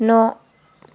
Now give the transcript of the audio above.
न'